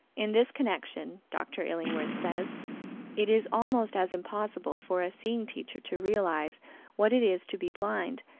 in this connection dr. illingworth says it is almost as impossible for a seeing teacher to realize what it is to be blind,